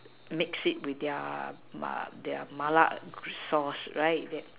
mix it with their mah their Mala sauce right